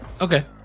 okay